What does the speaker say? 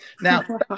Now